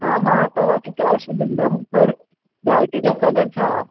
हा मां तव्हांखे कैश ई ॾींदुमि पर गाड़ीअ जो कलर छा